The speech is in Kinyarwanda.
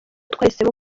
twahisemo